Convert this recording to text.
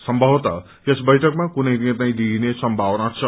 सम्भवतः यस बैठकमा कुनै निर्णय लिइने सम्भावना छ